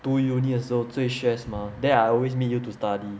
读 university 的时候最 stress mah then I always meet you to study